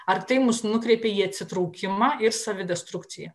ar tai mus nukreipė į atsitraukimą ir savidestrukciją